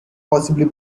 possibly